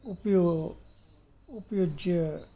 उपयो उपयुज्य